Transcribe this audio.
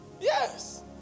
Yes